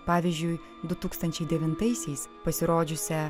pavyzdžiui du tūkstančiai devintaisiais pasirodžiusią